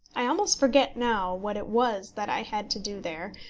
i almost forget now what it was that i had to do there,